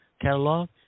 catalog